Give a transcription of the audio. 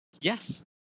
yes